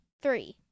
three